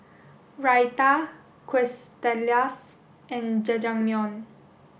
Raita Quesadillas and Jajangmyeon